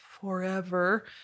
forever